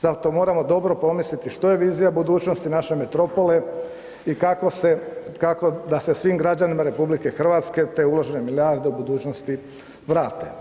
Zato moramo dobro promisliti što je vizija budućnosti naše metropole i kako se, kako da se svim građanima RH te uložene milijarde u budućnosti vrate.